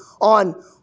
on